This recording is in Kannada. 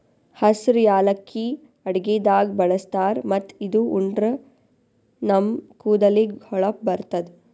ಹಸ್ರ್ ಯಾಲಕ್ಕಿ ಅಡಗಿದಾಗ್ ಬಳಸ್ತಾರ್ ಮತ್ತ್ ಇದು ಉಂಡ್ರ ನಮ್ ಕೂದಲಿಗ್ ಹೊಳಪ್ ಬರ್ತದ್